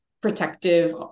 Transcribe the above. protective